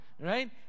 right